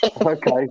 Okay